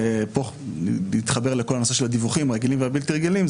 ופה נתחבר לכל הנושא של הדיווחים הרגילים והבלתי רגילים,